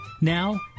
Now